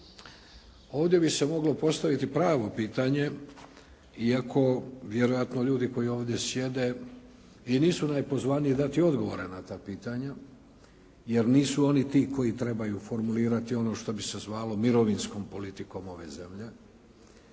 ovdje bi se moglo postaviti pravo pitanje, iako vjerojatno ljudi koji ovdje sjede i nisu najpozvaniji dati odgovore na ta pitanja, jer nisu oni ti koji trebaju formulirati ono što bi se zvalo mirovinskom politikom ove zemlje,